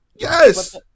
Yes